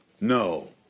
No